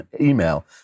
email